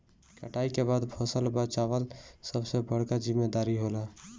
कटाई के बाद फसल बचावल सबसे बड़का जिम्मेदारी होला